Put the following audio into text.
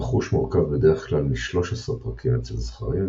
המחוש מורכב בדרך-כלל מ-13 פרקים אצל זכרים,